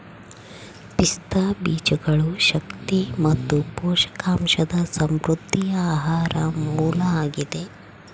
ಪಿಸ್ತಾ ಬೀಜಗಳು ಶಕ್ತಿ ಮತ್ತು ಪೋಷಕಾಂಶದ ಸಮೃದ್ಧ ಆಹಾರ ಮೂಲ ಆಗಿದೆ